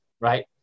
Right